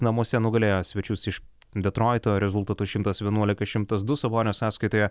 namuose nugalėjo svečius iš detroito rezultatu šimtas vienuolika šimtas du sabonio sąskaitoje